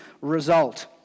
result